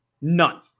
None